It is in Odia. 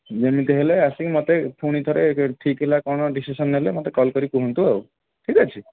ଯେମିତି ହେଲେ ଆସିକି ମୋତେ ପୁଣି ଥରେ ଠିକ ହେଲା କ'ଣ ଡିସିସନ ନେଲେ ମୋତେ କଲ କରିକି କୁହନ୍ତୁ ଠିକ ଅଛି